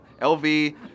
LV